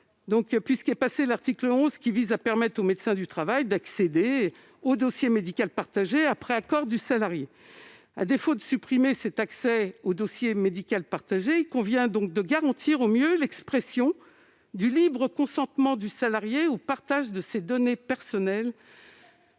de suppression de l'article 11, qui permet au médecin du travail d'accéder au dossier médical partagé après accord du salarié. À défaut de supprimer l'accès à ce dossier, il convient de garantir au mieux l'expression du libre consentement du salarié au partage de ses données personnelles